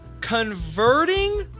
converting